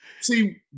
see